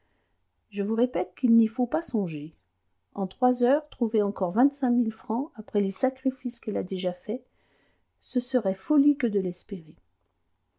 je vous répète qu'il n'y faut pas songer en trois heures trouver encore vingt-cinq mille francs après les sacrifices qu'elle a déjà faits ce serait folie que de l'espérer